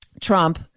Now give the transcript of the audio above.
Trump